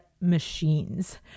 machines